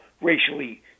racially